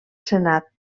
senat